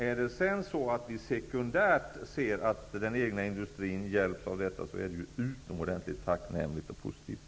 Om den egna industrin sedan sekundärt hjälps av detta är det förstås utomordentligt tacknämligt och positivt.